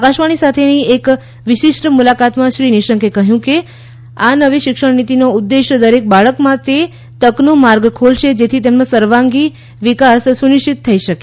આકાશવાણી સાથેની એક વિશિષ્ટ મુલાકાતમાં શ્રી નિશંકે કહ્યું કે આ નવી શિક્ષણ નીતિનો ઉદ્દેશ દરેક બાળક માટે તકનો માર્ગ ખોલશે જેથી તેમનો સર્વાંગી વિકાસ સુનિશ્ચિત થઈ શકે